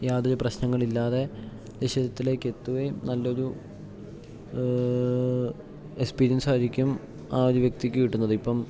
യാതൊരു പ്രശ്നങ്ങളില്ലാതെ ലക്ഷ്യത്തിലേക്ക് എത്തുകയും നല്ല ഒരു എക്സ്പീരിയൻസ് ആയിരിക്കും ആ ഒരു വ്യക്തിക്ക് കിട്ടുന്നത് ഇപ്പം